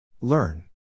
Learn